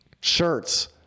shirts